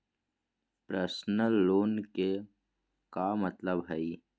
Personal loan के का मतलब हई?